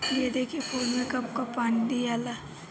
गेंदे के फूल मे कब कब पानी दियाला?